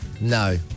No